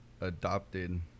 adopted